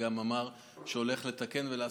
וגם אמר שהוא הולך לתקן ולעשות.